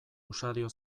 usadio